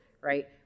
right